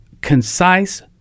concise